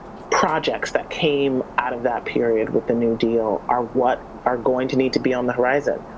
projects that came out of that period with the new deal are what are going to need to be on the horizon.